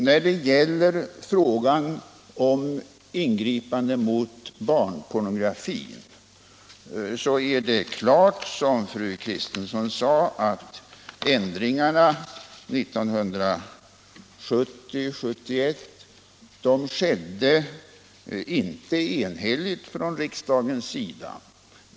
När det gäller ingripanden mot barnpornografi är det klart, som fru Kristensson sade, att ändringarna i tryckfrihetsförordningen 1970-1971 inte skedde enhälligt från riksdagens sida.